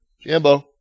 Jambo